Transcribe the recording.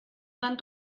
gran